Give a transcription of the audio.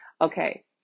Okay